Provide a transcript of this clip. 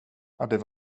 det